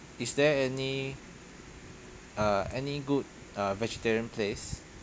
is there any uh any good uh vegetarian place